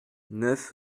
neuf